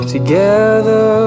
Together